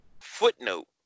footnote